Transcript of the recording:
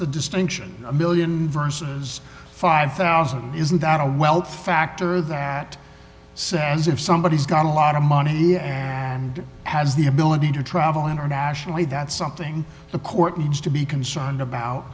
the distinction a one million versus five thousand isn't that a wealth factor that sounds if somebody has got a lot of money yeah and has the ability to travel internationally that's something the court needs to be concerned about